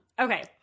Okay